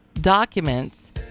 documents